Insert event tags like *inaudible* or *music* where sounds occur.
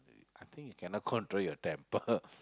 I think you cannot control your temper *laughs*